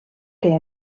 que